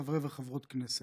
חברי וחברות הכנסת,